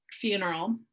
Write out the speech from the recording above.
funeral